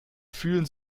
fühlen